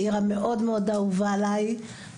העיר המאוד מאוד אהובה עלי,